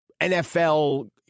NFL